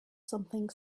something